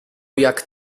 jak